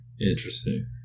Interesting